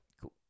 Cool